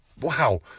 Wow